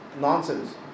nonsense